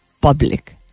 public